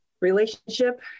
Relationship